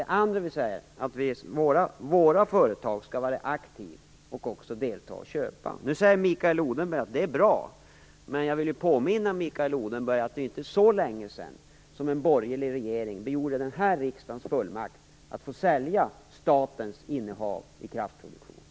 Det andra vi säger är att våra företag skall vara aktiva och även delta i köp. Nu säger Mikael Odenberg att det är bra. Men jag vill påminna Mikael Odenberg om att det inte är så länge sedan som en borgerlig regering begärde den här riksdagens fullmakt att få sälja statens innehav i kraftproduktionen.